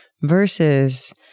versus